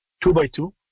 two-by-two